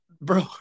bro